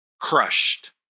crushed